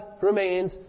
remains